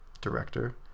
director